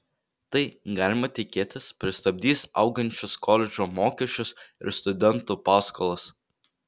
tai galima tikėtis pristabdys augančius koledžų mokesčius ir studentų paskolas